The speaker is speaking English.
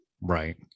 Right